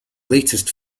latest